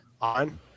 on